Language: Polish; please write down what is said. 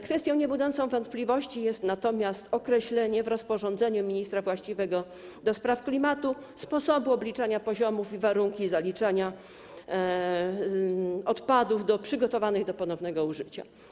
Kwestią niebudzącą wątpliwości jest natomiast określenie w rozporządzeniu ministra właściwego do spraw klimatu sposobu obliczania tych poziomów i warunki zaliczania odpadów do odpadów przygotowanych do ponownego użycia.